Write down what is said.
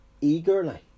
eagerly